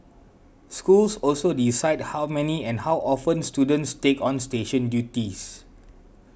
schools also decide how many and how often students take on station duties